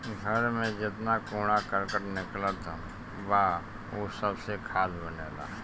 घर में जेतना कूड़ा करकट निकलत बा उ सबसे खाद बनेला